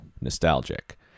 nostalgic